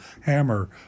hammer